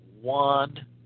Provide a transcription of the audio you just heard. one